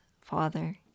Father